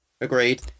Agreed